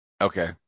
Okay